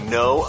no